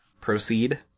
proceed